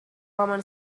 roman